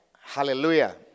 Hallelujah